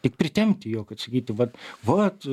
tik pritempti jo kad sakyti vat vat